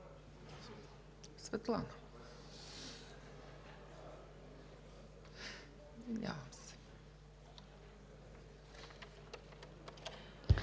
Светлана